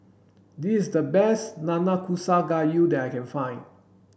this is the best Nanakusa Gayu that I can find